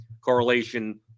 correlation